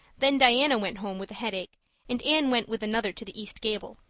then diana went home with a headache and anne went with another to the east gable,